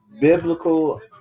biblical